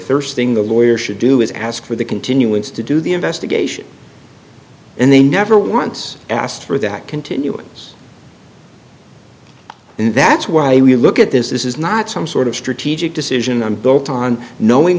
thirsting the lawyer should do is ask for the continuance to do the investigation and they never once asked for that continuance and that's why we look at this this is not some sort of strategic decision i'm built on knowing